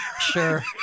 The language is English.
Sure